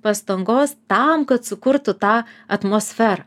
pastangos tam kad sukurtų tą atmosferą